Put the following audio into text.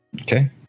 Okay